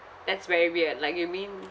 that's very weird like you mean